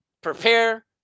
prepare